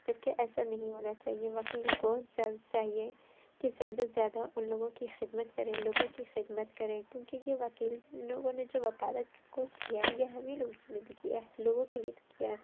جبکہ ایسا نہیں ہونا چاہیے وکیل کو جلد چاہیے کہ زیادہ سے زیادہ اُن لوگوں کی خدمت کریں لوگوں کی خدمت کریں کیونکہ یہ وکیل اِن لوگوں نے جو وکالت کا کورس کیا ہے یہ ہم ہی لوگوں کے لیے تو کیا ہے لوگوں کے لیے تو کیا ہے